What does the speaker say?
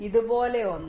ഇത് പോലെ ഒന്ന്